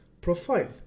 profile